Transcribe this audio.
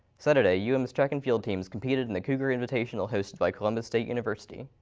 saturday u-m's track and field teams competed in the cougar invitational hosted by columbus state university.